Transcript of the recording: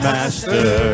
Master